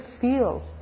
feel